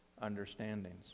understandings